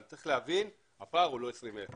אבל צריך להבין, הפער הוא לא 20 אלף.